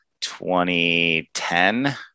2010